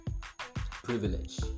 privilege